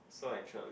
so actually